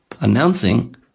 announcing